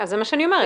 זה מה שאני אומרת.